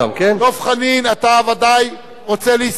דב חנין, אתה ודאי רוצה להסתייג.